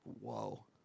whoa